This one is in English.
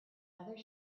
other